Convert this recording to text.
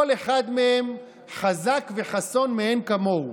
כל אחד מהם חזק וחסון מאין כמוהו,